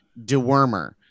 dewormer